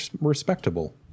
respectable